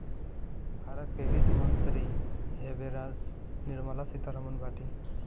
भारत के वित्त मंत्री एबेरा निर्मला सीता रमण बाटी